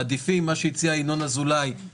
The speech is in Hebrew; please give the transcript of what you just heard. אבל אז גם יש משמעות מה החלק היחסי שלך בדירה.